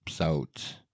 out